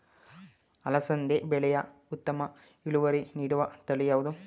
ಅಲಸಂದಿ ಬೆಳೆಯಲ್ಲಿ ಉತ್ತಮ ಇಳುವರಿ ನೀಡುವ ತಳಿ ಯಾವುದು?